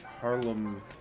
Harlem